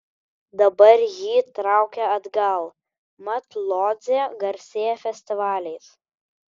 dabar jį traukia atgal mat lodzė garsėja festivaliais